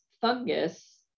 fungus